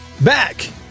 Back